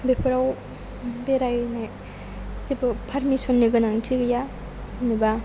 बेफोराव बेरायनाय जेबो पारमिस'न नि गोनांथि गैया जेनेबा